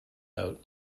note